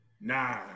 Nah